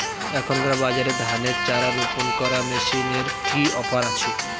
এখনকার বাজারে ধানের চারা রোপন করা মেশিনের কি অফার আছে?